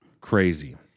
crazy